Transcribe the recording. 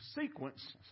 sequence